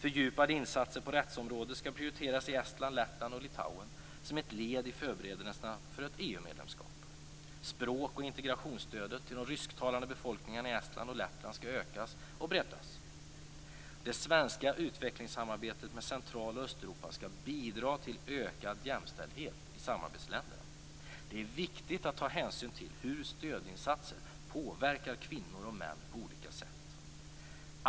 Fördjupade insatser på rättsområdet skall prioriteras i Estland, Lettland och Litauen som ett led i förberedelserna för ett EU Språk och integrationsstödet till de rysktalande befolkningarna i Estland och Lettland skall utökas och breddas. Det svenska utvecklingssamarbetet med Central och Östeuropa skall bidra till ökad jämställdhet i samarbetsländerna. Det är viktigt att ta hänsyn till hur stödinsatserna påverkar kvinnor och män på olika sätt.